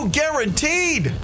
guaranteed